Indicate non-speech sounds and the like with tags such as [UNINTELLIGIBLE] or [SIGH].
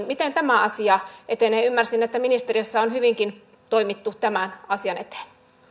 [UNINTELLIGIBLE] miten tämä asia etenee ymmärsin että ministeriössä on hyvinkin toimittu tämän asian eteen